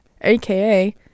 aka